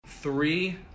Three